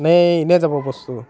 নে এনেই যাব বস্তুটো